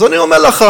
אז אני אומר לך,